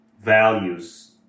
values